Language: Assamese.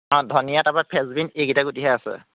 অঁ ধনিয়া তাৰপৰা ফেচবীন এইকেইটা গুটিহে আছে